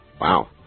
Wow